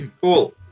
Cool